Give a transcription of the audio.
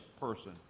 person